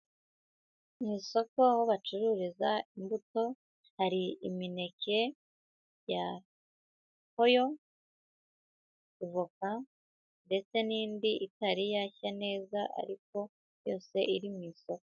Mu isoko aho bacururiza imbuto, hari imineke ya poyo, voka ndetse n'indi itari yashya neza ariko yose iri mu isoko.